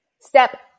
Step